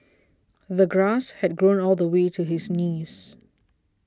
the grass had grown all the way to his knees